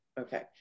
Okay